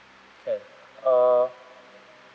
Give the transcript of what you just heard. K uh